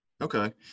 Okay